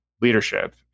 leadership